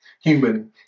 human